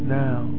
now